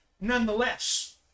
nonetheless